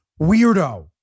weirdo